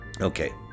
Okay